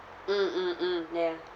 mm mm mm ya